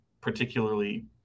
particularly